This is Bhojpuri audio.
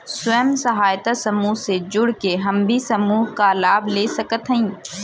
स्वयं सहायता समूह से जुड़ के हम भी समूह क लाभ ले सकत हई?